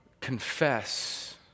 Confess